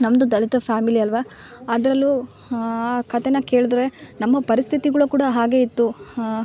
ನಮ್ದು ದಲಿತ ಫ್ಯಾಮಿಲಿ ಅಲ್ಲವಾ ಅದರಲ್ಲೂ ಆ ಕತೆನ ಕೇಳ್ದ್ರೆ ನಮ್ಮ ಪರಿಸ್ಥಿತಿಗುಳು ಕೂಡ ಹಾಗೆ ಇತ್ತು